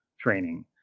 training